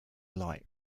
light